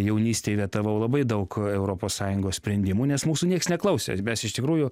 jaunystėje vetavau labai daug europos sąjungos sprendimų nes mūsų nieks neklausė ar mes iš tikrųjų